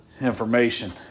information